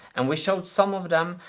and we showed some of them,